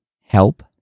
help